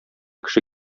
кеше